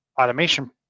automation